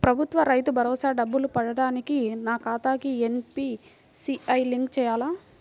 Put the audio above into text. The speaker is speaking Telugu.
ప్రభుత్వ రైతు భరోసా డబ్బులు పడటానికి నా ఖాతాకి ఎన్.పీ.సి.ఐ లింక్ చేయాలా?